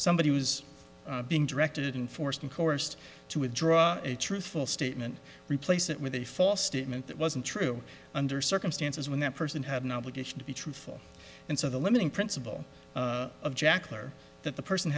somebody was being directed in force and coerced to withdraw a truthful statement replace it with a false statement that wasn't true under circumstances when that person had an obligation to be truthful and so the limiting principle of jaclyn or that the person